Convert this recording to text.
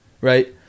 Right